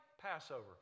Passover